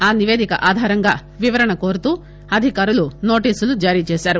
ఆ నివేదిక ఆధారంగా వివరణ కోరుతూ అధికారులు నోటీసులు జారీచేశారు